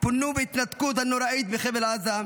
פונו בהתנתקות הנוראית מחבל עזה,